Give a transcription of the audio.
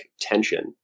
tension